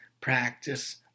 practice